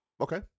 Okay